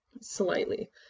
slightly